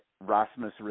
Rasmus